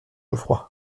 geoffroy